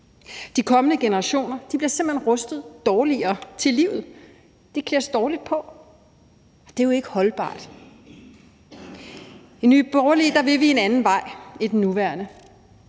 De kommende generationer bliver simpelt hen rustet dårligere til livet, de klædes dårligt på til det, og det er jo ikke holdbart. I Nye Borgerlige vil vi en anden vej end den nuværende.